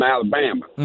Alabama